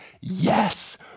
yes